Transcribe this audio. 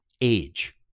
age